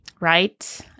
Right